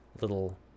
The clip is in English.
little